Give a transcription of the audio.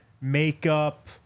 makeup